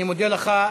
אני מודה לך.